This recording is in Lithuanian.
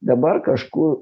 dabar kažkur